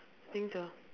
think so